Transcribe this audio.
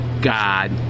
God